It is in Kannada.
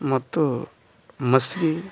ಮತ್ತು ಮಸ್ಗಿ